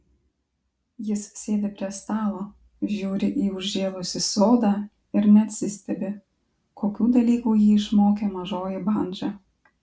jis sėdi prie stalo žiūri į užžėlusį sodą ir neatsistebi kokių dalykų jį išmokė mažoji bandža